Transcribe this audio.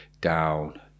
down